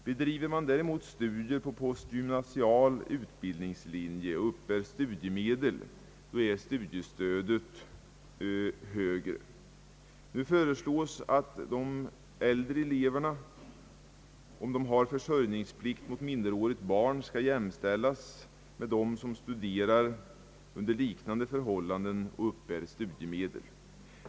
Bedriver man däremot studier på postgymnasial utbildningslinje och uppbär studiemedel är studiestödet högre. Nu föreslås att de äldre eleverna, om de har försörjningsplikt mot minderårigt barn, skall jämställas med dem som studerar under liknande förhållanden och uppbär studiemedel.